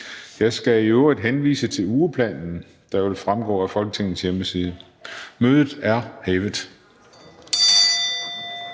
Jeg skal i øvrigt henvise til ugeplanen, der vil fremgå af Folketingets hjemmeside. Mødet er hævet.